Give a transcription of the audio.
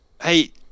hey